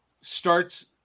starts